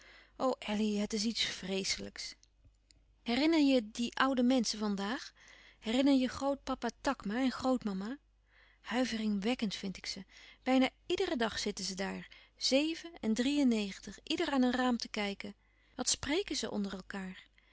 elly het is iets vreeslijks herinner je die oude menschen van daag herinner je grootpapa takma en grootmama huiveringwekkend vind ik ze bijna iederen dag zitten ze daar zeven en drie en negentig ieder aan een raam te kijken wat spreken ze onder elkaâr